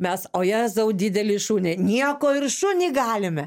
mes o jezau didelį šunį nieko ir šunį galime